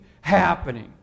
happening